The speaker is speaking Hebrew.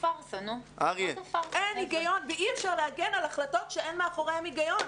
אין הגיון ואי אפשר להגן על החלטות שאין מאחוריהן היגיון.